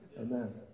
Amen